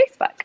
Facebook